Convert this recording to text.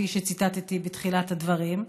כפי שציטטתי בתחילת הדברים,